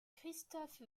christoph